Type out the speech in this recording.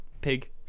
pig